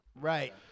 Right